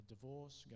Divorce